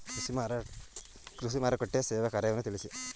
ಕೃಷಿ ಮಾರುಕಟ್ಟೆಯ ಸೇವಾ ಕಾರ್ಯವನ್ನು ತಿಳಿಸಿ?